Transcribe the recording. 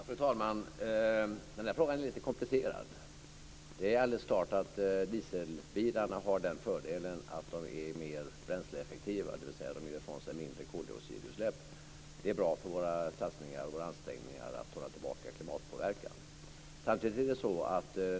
Fru talman! Den där frågan är lite komplicerad. Det är helt klart att dieselbilarna har den fördelen att de är mer bränsleeffektiva, dvs. ger ifrån sig mindre koldioxidutsläpp. Det är bra för våra satsningar och ansträngningar för att hålla tillbaka klimatpåverkan.